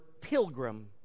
pilgrim